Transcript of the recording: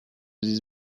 this